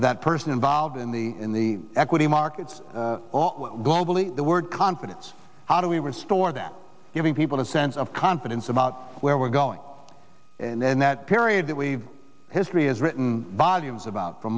that person involved in the in the equity markets globally the word confidence how do we restore that giving people a sense of confidence about where we're going and then that period that we've history is written by you is about f